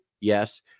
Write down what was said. yes